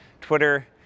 Twitter